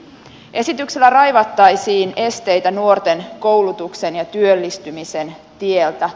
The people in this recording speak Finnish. esityksellä raivattaisiin esteitä nuorten koulutuksen ja työllistymisen tieltä